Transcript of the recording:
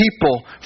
people